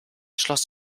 schloss